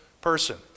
person